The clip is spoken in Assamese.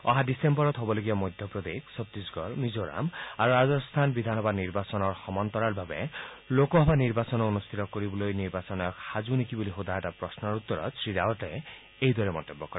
অহা ডিচেম্বৰত হবলগীয়া মধ্যপ্ৰদেশ ছত্তিশগড় মিজোৰাম আৰু ৰাজস্থান বিধানসভা নিৰ্বাচনৰ সমান্তৰালভাৱে লোকসভা নিৰ্বাচনো অনুষ্ঠিত কৰিবলৈ নিৰ্বাচন আয়োগ সাজূ নেকি বুলি সোধা এটা প্ৰশ্নৰ উত্তৰত শ্ৰীৰাৱটে এইদৰে মন্তব্য কৰে